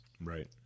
Right